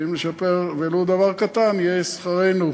ואם נשפר ולו דבר קטן, יהיה זה שכרנו,